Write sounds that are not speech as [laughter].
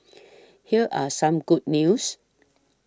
[noise] here are some good news